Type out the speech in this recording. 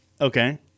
Okay